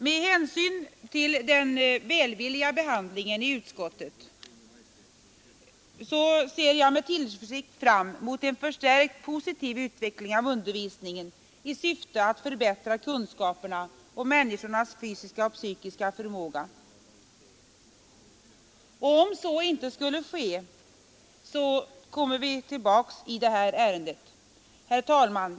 Med hänsyn till den välvilliga behandlingen i utskottet ser jag med tillförsikt fram mot en förstärkt positiv utveckling av undervisningen i förmåga. Om så inte skulle ske, kommer vi tillbaka i det här ärendet. Herr talman!